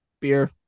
beer